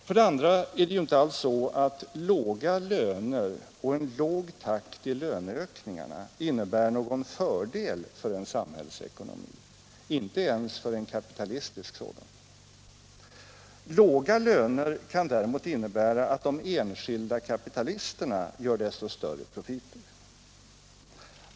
För det andra är det ju inte alls så, att låga löner och en låg takt i löneökningarna innebär någon fördel för en samhällsekonomi, inte ens för en kapitalistisk sådan. Låga löner kan däremot innebära att de enskilda kapitalisterna gör desto större profiter.